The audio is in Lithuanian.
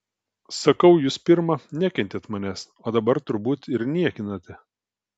sakau jūs pirma nekentėt manęs o dabar turbūt ir niekinate